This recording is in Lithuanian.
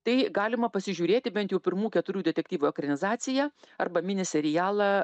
tai galima pasižiūrėti bent jau pirmų keturių detektyvo ekranizaciją arba mini serialą